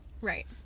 Right